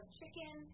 chicken